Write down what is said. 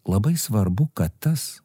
labai svarbu kad tas